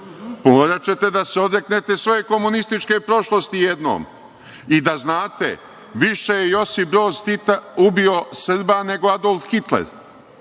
Moraćete da se odreknete svoje komunističke prošlosti jednom. I da znate, više je Josip Broz Tito ubio Srba nego Adolf Hitler